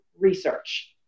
research